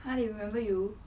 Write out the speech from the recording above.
!huh! they remember you